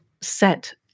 set